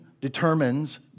determines